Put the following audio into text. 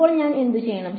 ഇപ്പോൾ ഞാൻ എന്തുചെയ്യണം